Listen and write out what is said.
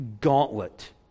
gauntlet